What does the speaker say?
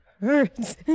Hurts